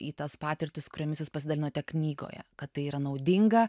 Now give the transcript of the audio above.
į tas patirtis kuriomis jus pasidalinote knygoje kad tai yra naudinga